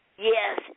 Yes